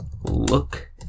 Look